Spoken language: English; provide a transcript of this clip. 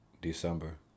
December